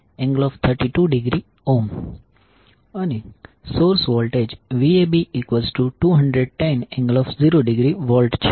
17∠32° અને source voltage Vab210∠0°V છે